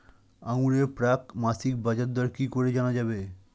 আঙ্গুরের প্রাক মাসিক বাজারদর কি করে জানা যাবে?